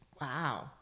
Wow